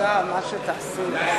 במזרח התיכון.